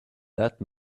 that